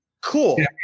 cool